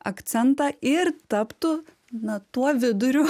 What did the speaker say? akcentą ir taptų na tuo viduriu